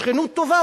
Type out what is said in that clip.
שכנות טובה,